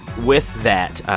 with that,